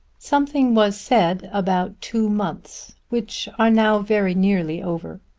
something was said about two months which are now very nearly over.